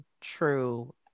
true